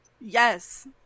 yes